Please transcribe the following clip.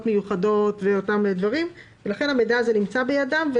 מיוחדות וכל מיני דברים ולכן המידע הזה נמצא בידן.